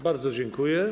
Bardzo dziękuję.